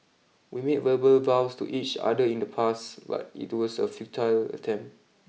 we made verbal vows to each other in the past but it was a futile attempt